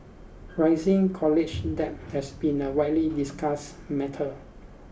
rising college debt has been a widely discussed matter